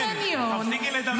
תפסיקי לדמיין.